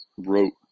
wrote